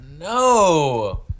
No